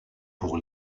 pour